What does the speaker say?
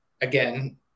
again